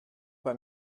pas